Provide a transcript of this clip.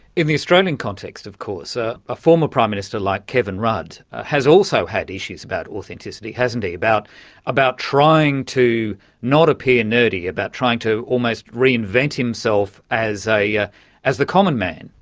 in the australian context of course, a ah former prime minister like kevin rudd has also had issues about authenticity, hasn't he, about about trying to not appear nerdy, about trying to almost reinvent himself as ah yeah as the common man.